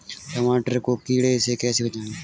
टमाटर को कीड़ों से कैसे बचाएँ?